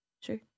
sure